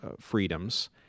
freedoms